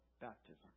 baptism